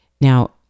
Now